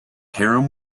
harem